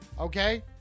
Okay